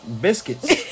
biscuits